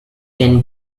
can